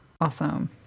Awesome